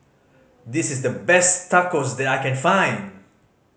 this is the best Tacos that I can find